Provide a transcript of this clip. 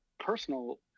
personal